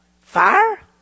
Fire